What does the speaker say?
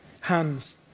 hands